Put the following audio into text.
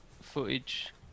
footage